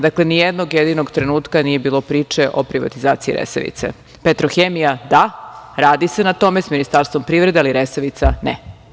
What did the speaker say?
Dakle, nijednog jedinog trenutka nije bilo priče o privatizaciji Resavice, Petrohemija da, radi se na tome s Ministarstvom privrede, ali Resavica, ne.